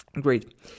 Great